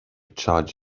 charge